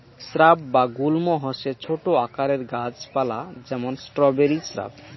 shrub বা গুল্ম হসে ছোট আকারের গাছ পালা যেমন স্ট্রবেরি স্রাব